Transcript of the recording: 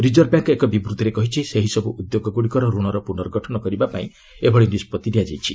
reserve bank ଏକ ବିବୃତ୍ତିରେ କହିଛି ସେହିସବୁ ଉଦ୍ୟୋଗ ଗୁଡ଼ିକର ରଣର ପୁର୍ନଗଠନ କରିବା ପାଇଁ ଏଭଳି ନିଷ୍କଭି ନିଆଯାଇଛି